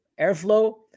Airflow